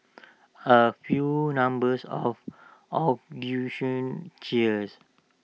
A few numbers of cheers